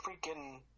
freaking